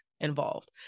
involved